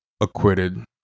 acquitted